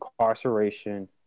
incarceration